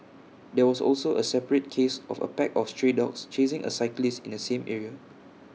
there was also A separate case of A pack of stray dogs chasing A cyclist in the same area